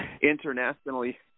internationally